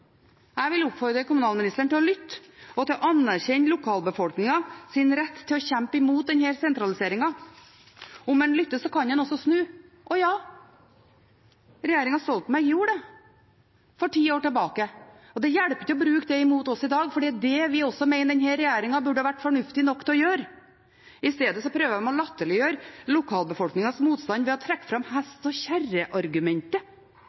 Jeg vil oppfordre kommunalministeren til å lytte og til å anerkjenne lokalbefolkningens rett til å kjempe imot denne sentraliseringen. Om en lytter, kan en også snu. Og ja, regjeringen Stoltenberg gjorde det for ti år siden. Og det hjelper ikke å bruke det imot oss i dag, for det er det vi mener denne regjeringen også burde ha vært fornuftig nok til å gjøre. Isteden prøver de å latterliggjøre lokalbefolkningens motstand ved å trekke fram